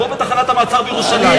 כמו בתחנת המעצר בירושלים.